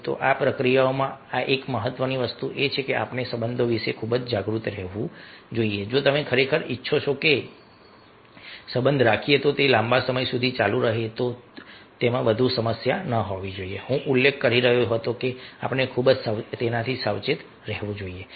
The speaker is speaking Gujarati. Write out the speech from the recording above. આ પ્રક્રિયામાં એ મહત્વનું છે કે આપણે આપણા સંબંધો વિશે ખૂબ જ જાગૃત રહેવું જોઈએ જો તમે ખરેખર ઈચ્છો છો કે આપણે જે પણ સંબંધ રાખીએ છીએ તે લાંબા સમય સુધી ચાલુ રહે અને વધુ સમસ્યા ન હોવી જોઈએ તો હું ઉલ્લેખ કરી રહ્યો હતો કે આપણે ખૂબ જ સાવચેત રહેવું જોઈએ